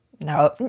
No